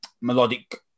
melodic